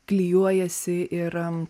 klijuojasi ir